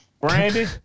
Brandy